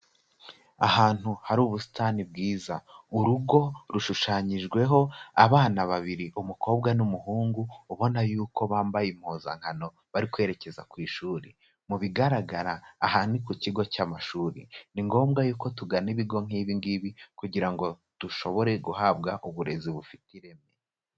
Ahantu hari ubusitani bwiza. Urugo rushushanyijweho abana babiri, umukobwa n'umuhungu, ubona yuko bambaye impuzankano bari kwerekeza ku ishuri. Mu bigaragara aha ni ku kigo cy'amashuri. Ni ngombwa yuko tugana ibigo nk'ibi ngibi kugira ngo dushobore guhabwa uburezi bufite ireme.